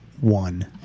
one